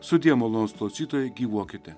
sudie malonūs klausytojai gyvuokite